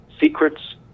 secrets